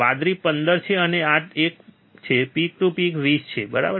વાદળી 15 છે અને આ એક છે પીક ટુ પીક 20 છે બરાબર